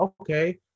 okay